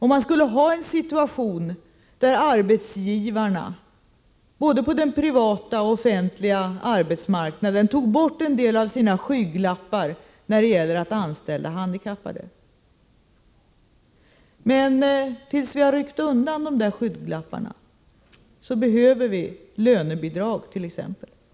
Tänk om arbetsgivarna, både på den privata och på den offentliga arbetsmarknaden, tog bort en del av sina skygglappar när det gäller att anställa handikappade! Tills vi har ryckt undan de där skygglapparna behöver vi dock använda t.ex. lönebidrag.